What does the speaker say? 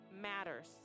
matters